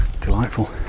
Delightful